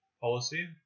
policy